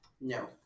No